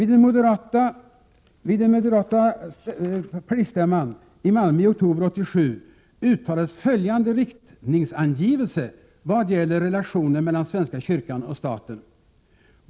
rv Vid den moderata partistämman i Malmö i oktober 1987 uttalades följande riktningsangivelse vad gäller ralationerna mellan svenska kyrkan och staten.